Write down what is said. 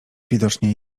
widocznie